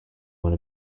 when